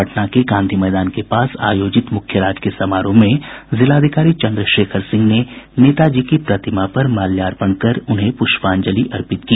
पटना के गांधी मैदान के पास आयोजित मुख्य राजकीय समारोह में जिलाधिकारी चन्द्रशेखर सिंह ने नेताजी की प्रतिमा पर माल्यार्पण कर उन्हें पुष्पांजलि अर्पित की